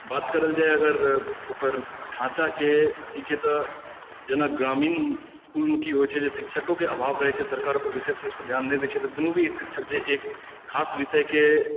बात करल जाए अगर ओकर ढाँचाके अथीके तऽ जेना ग्रामीण इसकुलमे की होए छै जे शिक्षकोके अभाव रहए छै सरकार ओहि पर विशेष रूपसँ ध्यान नहि दए छै तऽ कोनो भी शिक्षक जे एक खास विषयके